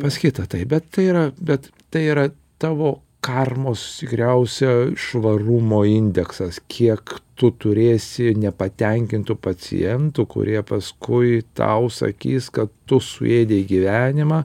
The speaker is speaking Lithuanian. pas kitą taip bet tai yra bet tai yra tavo karmos tikriausia švarumo indeksas kiek tu turėsi nepatenkintų pacientų kurie paskui tau sakys kad tu suėdei gyvenimą